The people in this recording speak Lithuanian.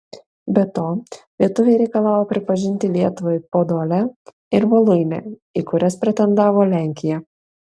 be to lietuviai reikalavo pripažinti lietuvai podolę ir voluinę į kurias pretendavo lenkija